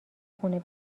خونه